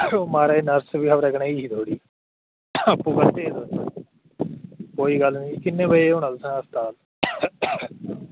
मा'राज नर्स बी खबरै कनेही ही थुआढ़ी आपूं कन्नै हे तुस कोई गल्ल निं किन्ने बजे होना तुसें अस्पताल